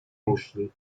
muszli